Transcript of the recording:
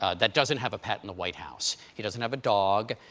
ah that doesn't have a pet in the white house. he doesn't have a dog.